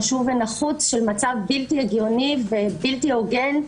חשוב ונחוץ של מצב בלתי הגיוני ובלתי הוגן,